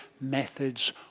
methods